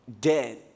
dead